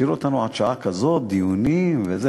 השאירו אותנו עד שעה כזאת, דיונים וזה.